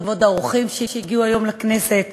כבוד האורחים שהגיעו היום לכנסת,